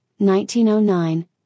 1909